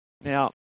now